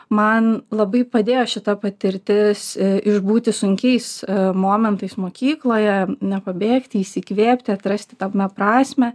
man labai padėjo šita patirtis išbūti sunkiais momentais mokykloje nepabėgti įsikvėpti atrasti tą prasmę